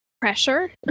Pressure